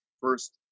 first